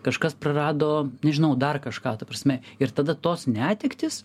kažkas prarado nežinau dar kažką ta prasme ir tada tos netektys